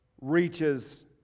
reaches